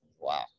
Wow